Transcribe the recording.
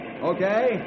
Okay